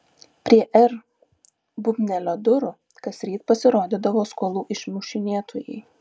prie r bubnelio durų kasryt pasirodydavo skolų išmušinėtojai